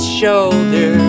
shoulder